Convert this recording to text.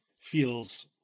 feels